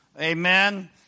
Amen